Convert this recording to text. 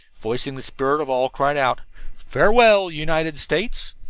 voicing the spirit of all, cried out farewell, united states.